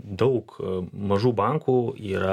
daug mažų bankų yra